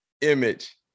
image